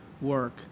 work